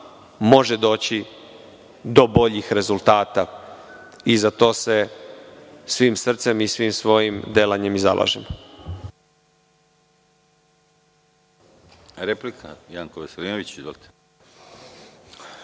može doći do boljih rezultata i za to se svim srcem i svim svojim delanjem zalažem.